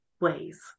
ways